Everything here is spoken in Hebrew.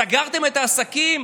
סגרתם את העסקים?